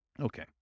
Okay